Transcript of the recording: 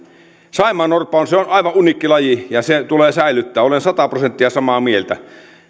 saimaannorppa on aivan uniikki laji ja se tulee säilyttää olen sata prosenttia samaa mieltä